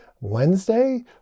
Wednesday